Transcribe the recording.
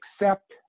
accept